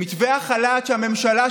מתווה החל"ת של הממשלה,